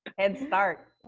headstart.